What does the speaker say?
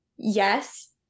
Yes